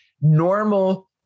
normal